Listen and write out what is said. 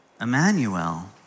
Emmanuel